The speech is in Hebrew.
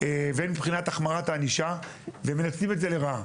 הן מבחינת החמרת הענישה, והם מנצלים את זה לרעה.